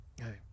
Okay